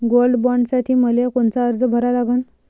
Gold बॉण्डसाठी मले कोनचा अर्ज भरा लागन?